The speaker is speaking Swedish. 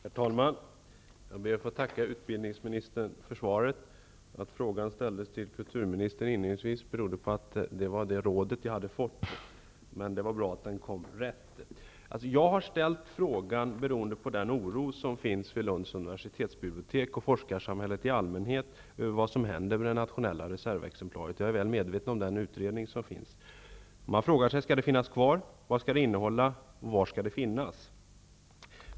Herr talman! Jag ber att få tacka utbildningsministern för svaret. Att frågan inledningsvis ställdes till kulturministern berodde på att jag hade fått det rådet. Det var bra att den kom rätt. Anledningen till att jag har ställt frågan är den oro som finns vid Lunds universitetsbibliotek och i forskarsamhället i allmänhet över vad som händer med det nationella reservexemplaret. Jag är väl medveten om den utredning som finns. Man frågar sig om det nationella reservexemplaret skall finnas kvar, vad det skall innehålla och var det skall finnas.